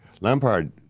Lampard